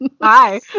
hi